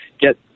get